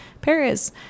Paris